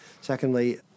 Secondly